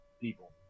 people